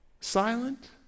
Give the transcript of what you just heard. silent